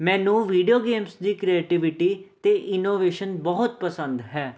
ਮੈਨੂੰ video games ਦੀ creativity ਅਤੇ ਇਨੋਵੇਸ਼ਨ ਬਹੁਤ ਪਸੰਦ ਹੈ